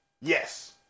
Yes